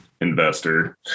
investor